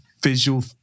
visual